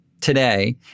today